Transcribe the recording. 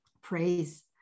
praise